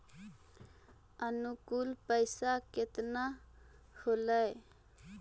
अनुकुल पैसा केतना होलय